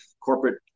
corporate